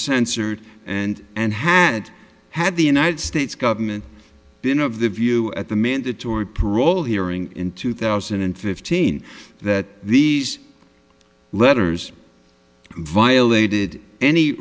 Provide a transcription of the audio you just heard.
censored and and had had the united states government been of the view at the mandatory parole hearing in two thousand and fifteen that these letters violated any